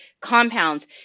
compounds